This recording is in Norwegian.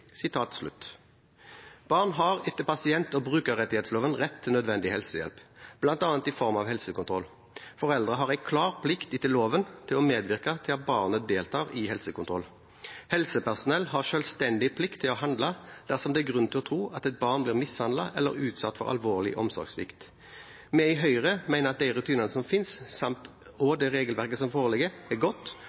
Barn har etter pasient- og brukerrettighetsloven rett til nødvendig helsehjelp, bl.a. i form av helsekontroll. Foreldre har en klar plikt etter loven til å medvirke til at barnet deltar i helsekontroll. Helsepersonell har en selvstendig plikt til å handle dersom det er grunn til å tro at et barn blir mishandlet eller utsatt for alvorlig omsorgssvikt. Vi i Høyre mener at de rutinene som finnes, og det regelverket som foreligger, er godt,